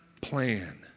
plan